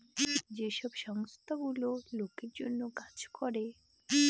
যে সব সংস্থা গুলো লোকের জন্য কাজ করে